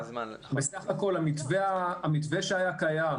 בסך הכול המתווה שהיה קיים,